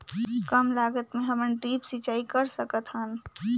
कम लागत मे हमन ड्रिप सिंचाई कर सकत हन?